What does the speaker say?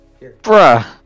Bruh